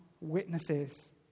witnesses